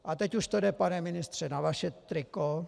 A teď už to jde, pane ministře, na vaše triko.